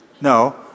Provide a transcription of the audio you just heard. No